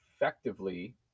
effectively